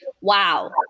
wow